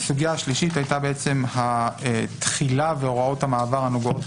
סוגיה שלישית הייתה התחילה והוראות המעבר הנוגעות